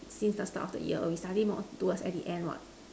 since the start of the year we study more towards the end what